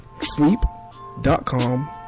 sleep.com